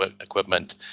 equipment